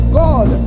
god